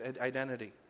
identity